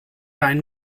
ein